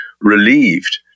relieved